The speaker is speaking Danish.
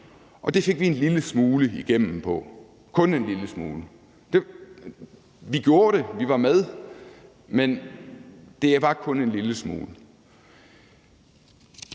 og der fik vi en lille smule igennem – kun en lille smule. Vi gjorde det, vi var med, men det var kun en lille smule.